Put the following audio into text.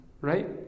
right